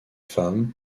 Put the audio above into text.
femmes